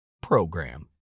program